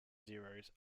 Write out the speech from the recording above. zeros